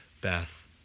Beth